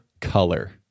color